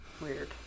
Weird